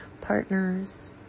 partners